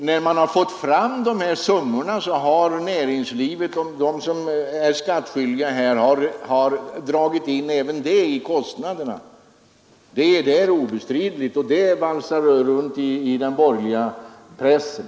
Herr talman! I de här summorna har näringslivet och de skattskyldiga räknat in även samdistributionsrabatterna. Det är obestridligt, och det valsar runt i den borgerliga pressen.